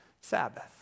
Sabbath